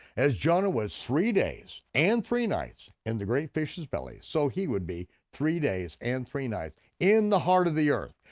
as jonah was three days and three nights in the great fish's belly, so he would be three days and three nights in the heart of the earth,